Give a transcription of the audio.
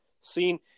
seen